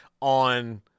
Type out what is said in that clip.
on